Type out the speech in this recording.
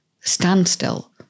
standstill